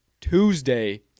Tuesday